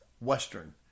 Western